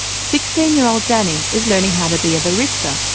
sixteen-year-old danny is learning how to be a barista.